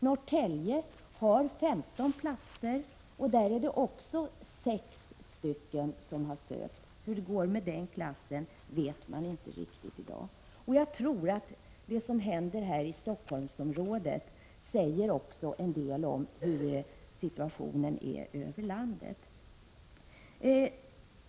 Norrtälje har 15 platser, och där är det också 6 sökande. Hur det går med den klassen vet man inte riktigt i dag. Jag tror att det som händer här i Stockholmsområdet också säger en del om hur situationen är ute i landet.